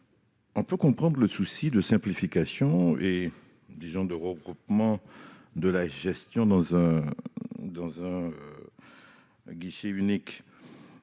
on peut comprendre le souci de simplification et de regroupement de la gestion dans un guichet unique,